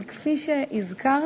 אבל כפי שהזכרתי,